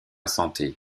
santé